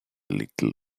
little